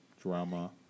drama